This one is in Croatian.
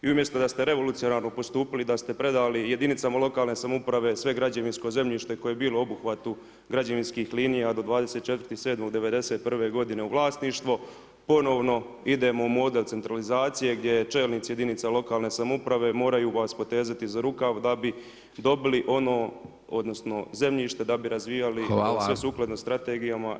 I umjesto da ste revolucionarno postupili, da ste predali jedinicama lokalne samouprave sve građevinsko zemljište koje je bilo u obuhvatu građevinskih linija do 24.7.1991. u vlasništvo, ponovno idemo u model centralizacije gdje čelnici jedinica lokalne samouprave moraju vas potezati za rukav da bi dobili ono, odnosno zemljište da bi razvije sve sukladno strategijama